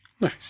Nice